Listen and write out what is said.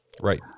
Right